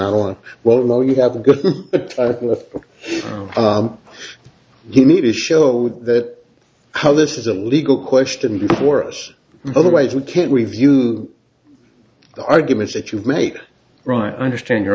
don't well know you have a good you need to show that how this is a legal question before us otherwise we can't review the arguments that you've made right i understand your